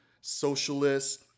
socialist